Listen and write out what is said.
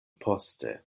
poste